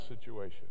situation